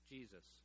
Jesus